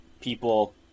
people